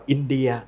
India